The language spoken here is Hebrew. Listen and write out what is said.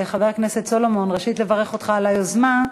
חבר הכנסת סולומון, ראשית, לברך אותך על היוזמה,